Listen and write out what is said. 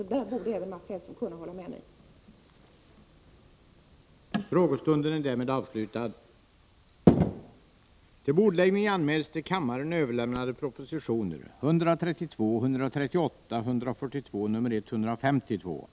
Det borde även Mats Hellström kunna hålla med mig om.